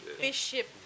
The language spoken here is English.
Bishop